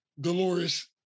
Dolores